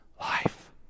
life